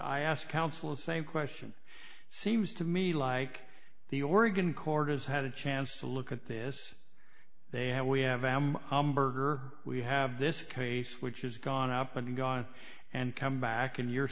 i ask ounce one same question seems to me like the oregon court has had a chance to look at this they have we have am hamburger we have this case which has gone up and gone and come back and you're